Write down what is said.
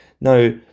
Now